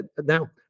now